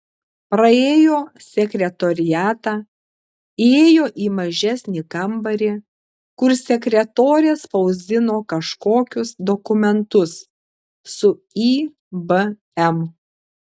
praėjo sekretoriatą įėjo į mažesnį kambarį kur sekretorė spausdino kažkokius dokumentus su ibm